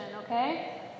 okay